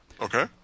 Okay